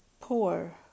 poor